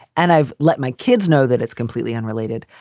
and i've let my kids know that it's completely unrelated,